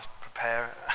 prepare